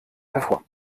hervor